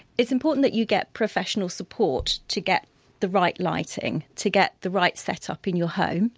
it's important that you get professional support to get the right lighting, to get the right set-up in your home.